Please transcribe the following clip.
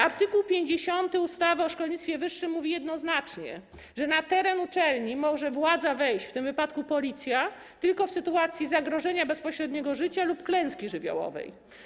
Art. 50 ustawy o szkolnictwie wyższym mówi jednoznacznie, że na teren uczelni może władza wejść, w tym wypadku policja, tylko w sytuacji zagrożenia bezpośredniego życia lub klęski żywiołowej.